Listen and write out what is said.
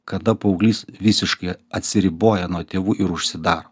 kada paauglys visiškai atsiriboja nuo tėvų ir užsidaro